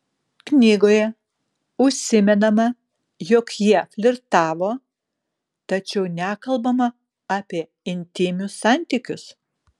knygoje užsimenama jog jie flirtavo tačiau nekalbama apie intymius santykius